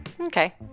Okay